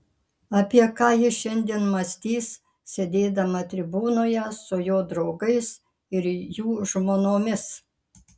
apie ką ji šiandien mąstys sėdėdama tribūnoje su jo draugais ir jų žmonomis